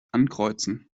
ankreuzen